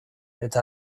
eta